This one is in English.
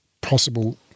possible